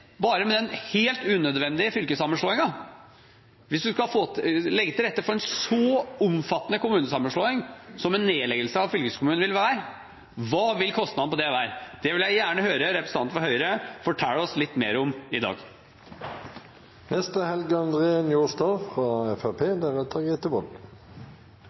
bare med den helt unødvendige fylkessammenslåingen. Hvis man skal legge til rette for en så omfattende kommunesammenslåing som en nedleggelse av fylkeskommunene vil være, hva vil kostnadene ved det være? Det vil jeg gjerne høre representanten fra Høyre fortelle oss litt mer om i dag. Det er